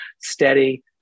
steady